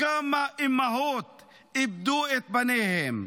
כמה אימהות איבדו את בניהן,